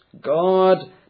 god